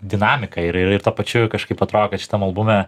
dinamika ir ir ir tuo pačiu kažkaip atrodo kad šitam albume